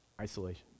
Isolation